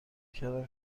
کردم